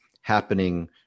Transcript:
happening